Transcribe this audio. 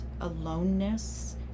aloneness